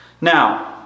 Now